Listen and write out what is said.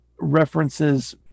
references